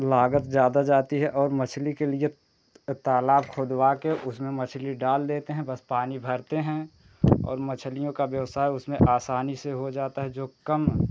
लागत ज़्यादा जाती है और मछली के लिए तालाब खुदवा के उसमें मछली डाल देते हैं बस पानी भरते हैं और मच्छलियों का व्यवसाय उसमें आसानी से हो जाता है जो कम